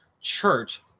church